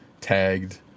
tagged